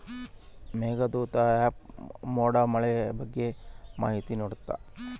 Meghdoot app ಮೋಡ ಮಳೆಯ ಬಗ್ಗೆ ಮಾಹಿತಿ ನಿಡ್ತಾತ